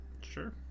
Sure